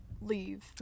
leave